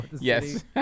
Yes